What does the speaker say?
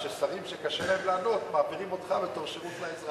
אז שרים שקשה להם לענות מעבירים אותך בתור שירות לאזרח.